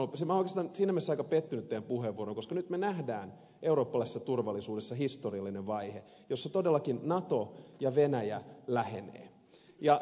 minä olen oikeastaan siinä mielessä aika pettynyt teidän puheenvuoroonne koska nyt me näemme eurooppalaisessa turvallisuudessa historiallinen vaiheen jossa todellakin nato ja venäjä lähenevät ja silloin